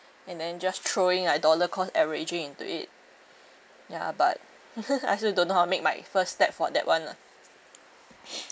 and then just throwing like dollar cost averaging into it ya but I also don't know how I make my first step for that [one] lah